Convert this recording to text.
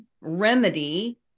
remedy